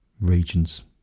regions